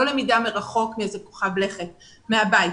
לא למידה מרחוק מאיזה כוכב לכת אלא מהבית.